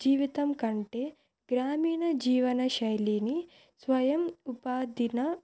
జీవితంకంటే గ్రామీణ జీవన శైలిని స్వయం ఉపాధిన